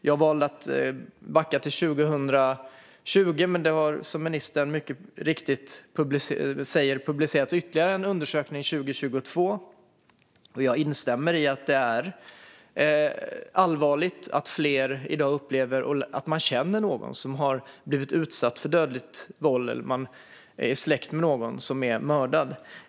Jag valde själv att backa till 2020, men som ministern mycket riktigt säger publicerades ytterligare en undersökning 2022. Jag instämmer i att det är allvarligt att fler i dag känner någon som blivit utsatt för dödligt våld eller är släkt med någon som är mördad.